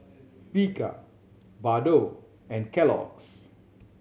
Bika Bardot and Kellogg's